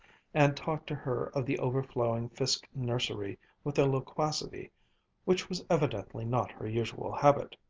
and talked to her of the overflowing fiske nursery with a loquacity which was evidently not her usual habit.